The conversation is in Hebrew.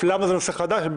למה זה נושא חדש,